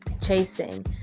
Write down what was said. chasing